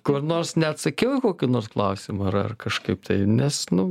kur nors neatsakiau į kokį nors klausimą ar ar kažkaip tai nes nu